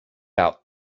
out